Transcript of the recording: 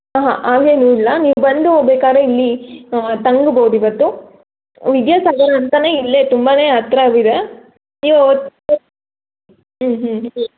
ಅಹಾಂ ಹಾಗೇನಿಲ್ಲ ನೀವು ಬಂದು ಬೇಕಾದ್ರೆ ಇಲ್ಲಿ ತಂಗಲೂಬೌದು ಇವತ್ತು ವಿದ್ಯಾಸಾಗರ ಅಂತನೇ ಇಲ್ಲೇ ತುಂಬಾ ಹತ್ತಿರ ಅದು ಇದೆ ನೀವು ಹ್ಞೂ ಹ್ಞೂ